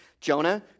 Jonah